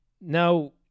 now